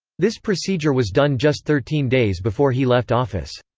this procedure was done just thirteen days before he left office.